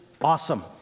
awesome